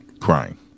crying